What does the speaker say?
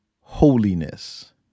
holiness